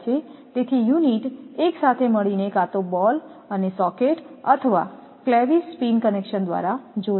તેથી યુનિટ એક સાથે મળીને કાં તો બોલ અને સોકેટ અથવા ક્લેવીસ પિન કનેક્શન દ્વારા જોડાય છે